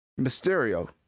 mysterio